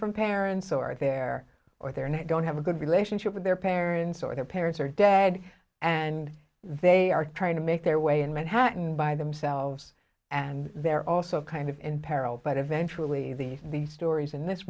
from parents or they're or they're not don't have a good relationship with their parents or their parents are dead and they are trying to make their way in manhattan by themselves and they're also kind of in peril but eventually these these stories and this